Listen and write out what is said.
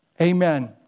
Amen